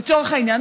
לצורך העניין,